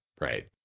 right